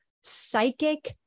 psychic